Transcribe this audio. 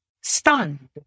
stunned